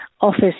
office